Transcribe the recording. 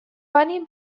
bunny